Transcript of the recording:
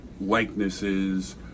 likenesses